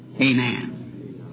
Amen